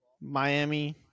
Miami